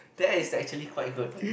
that is actually quite good what